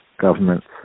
governments